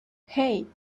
hey